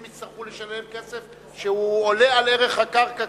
יצטרכו לשלם כסף שהוא עולה על ערך הקרקע,